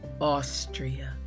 Austria